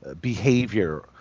behavior